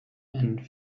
and